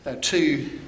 Two